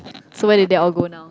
so where did that all go now